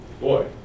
Boy